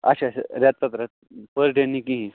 اَچھا اَچھا رٮ۪تہٕ پَتہٕ رٮ۪تہٕ پٔر ڈے نہٕ کِہیٖنۍ